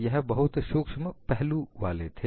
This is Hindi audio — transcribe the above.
यह बहुत सूक्ष्म पहलू वाले थे